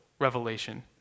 revelation